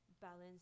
balance